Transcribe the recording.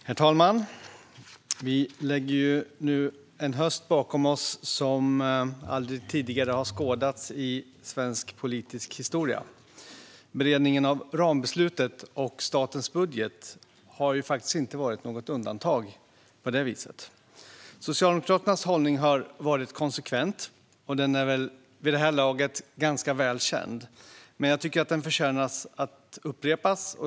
Herr talman! Vi lägger nu bakom oss en höst vars like aldrig tidigare skådats i svensk politisk historia. Beredningen av rambeslutet och statens budget har inte varit något undantag. Socialdemokraternas hållning har varit konsekvent, och den är vid det här laget ganska väl känd. Men jag tycker att den förtjänar att upprepas.